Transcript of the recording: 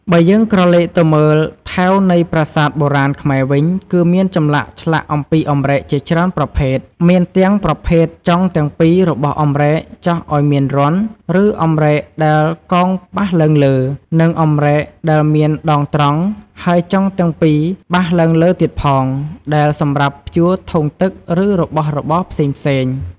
បើយើងក្រឡេកទៅមើលថែវនៃប្រាសាទបុរាណខ្មែរវិញ គឺមានចម្លាក់ឆ្លាក់អំពីអម្រែកជាច្រើនប្រភេទ មានទាំងប្រភេទចុងទាំងពីររបស់អម្រែកចោះឱ្យមានរន្ធ ឬអម្រែកដែលកោងបះឡើងលើ និងអម្រែកដែលមានដងត្រង់ហើយចុងទាំងពីបះឡើងលើទៀតផង ដែលសម្រាប់ព្យួរធុងទឹក ឬរបស់របរផ្សេងៗ។